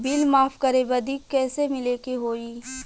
Bill माफ करे बदी कैसे मिले के होई?